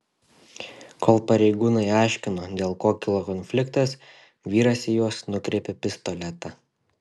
kol pareigūnai aiškino dėl ko kilo konfliktas vyras į juos nukreipė pistoletą